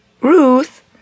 Ruth